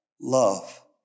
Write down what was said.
love